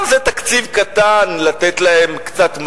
טוב, זה תקציב קטן לתת להם קצת מזון,